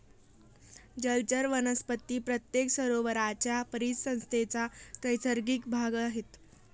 जलचर वनस्पती प्रत्येक सरोवराच्या परिसंस्थेचा नैसर्गिक भाग आहेत